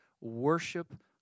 worship